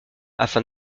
afin